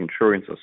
insurance